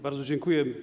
Bardzo dziękuję.